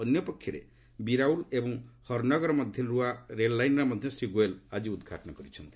ଅନ୍ୟପକ୍ଷରେ ବିରାଉଲ୍ ଏବଂ ହାର୍ନଗର ମଧ୍ୟରେ ନୂଆ ରେଳଲାଇନ୍ର ମଧ୍ୟ ଶ୍ରୀ ଗୋୟଲ ଆଜି ଉଦ୍ଘାଟନ କରିଛନ୍ତି